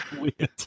weird